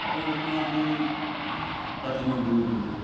ଆପଣ ଦେଖୁନାହାନ୍ତି ପ୍ରାଚୀନ ଗୁରୁକୁଳ୍